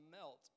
melt